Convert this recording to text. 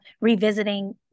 revisiting